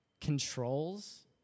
controls